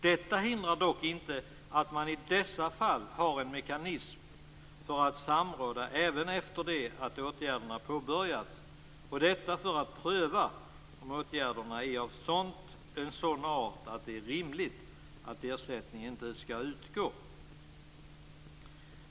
Detta hindrar dock inte att man i dessa fall har en mekanism för att samråda även efter det att åtgärderna påbörjats, detta för att pröva om åtgärderna är av sådan art att det är rimligt att ersättning inte skall utgå.